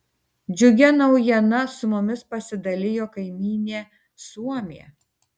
džiugia naujiena su mumis pasidalijo kaimynė suomė